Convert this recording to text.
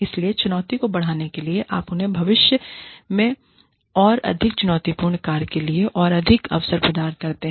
इसलिए चुनौती को बढ़ाने के लिए आप उन्हें भविष्य में और अधिक चुनौतीपूर्ण कार्य के लिए और अधिक अवसर प्रदान करते हैं